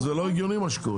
אבל זה לא הגיוני, מה שקורה.